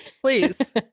please